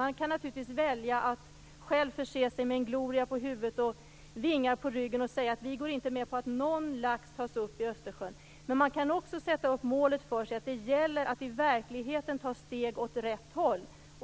Man kan naturligtvis välja att själv förse sig med en gloria kring huvudet och vingar på ryggen och säga att man inte går med på att någon lax tas upp i Östersjön. Men man kan också sätta upp som mål att det gäller att i verkligheten ta ett steg åt rätt håll.